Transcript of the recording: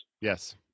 Yes